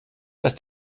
dass